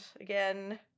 again